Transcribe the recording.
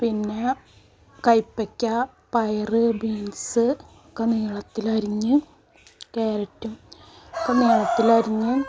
പിന്നെ കയ്പ്പയ്ക്ക പയർ ബീൻസ് ഒക്കെ നീളത്തിൽ അരിഞ്ഞ് ക്യാരറ്റും ഒക്കെ നീളത്തിൽ അരിഞ്ഞ്